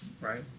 right